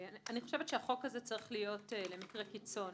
אני חושבת שהחוק הזה צריך להיות למקרי קיצון.